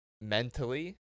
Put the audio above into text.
mentally